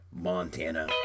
Montana